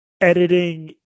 Editing